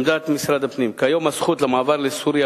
עמדת משרד הפנים: כיום הזכות למעבר לסוריה